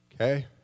Okay